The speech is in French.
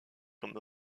comme